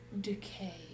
decay